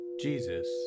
Jesus